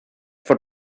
for